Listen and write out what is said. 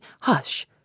Hush